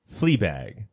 Fleabag